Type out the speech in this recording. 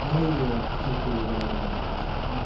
मलाई कस्तो खालको लुगा लगाउन मनपर्छ भने